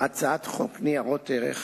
הצעת חוק ניירות ערך